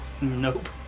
Nope